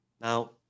Now